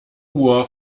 uhr